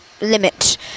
limit